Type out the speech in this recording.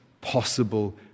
possible